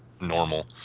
normal